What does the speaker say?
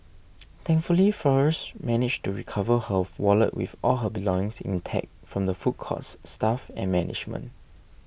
thankfully Flores managed to recover her wallet with all her belongings intact from the food court's staff and management